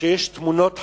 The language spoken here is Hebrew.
שיש תמונות חשופות,